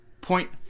Point